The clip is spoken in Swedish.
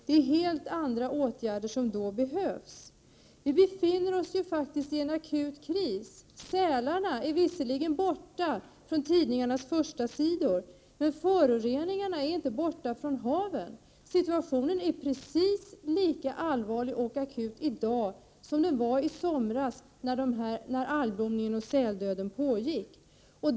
Det är helt andra åtgärder som behövs. Vi befinner oss i en akut kris. Sälarna är visserligen borta från tidningarnas förstasidor, men föroreningarna är inte borta från haven. Situationen är precis lika allvarlig och akut i dag som den var i somras när algblomningen och säldöden pågick.